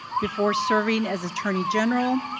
before serving as attorney general,